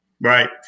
Right